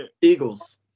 Eagles